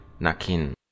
Nakin